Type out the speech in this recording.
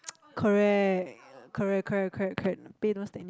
correct correct correct correct correct pay those that need